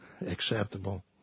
acceptable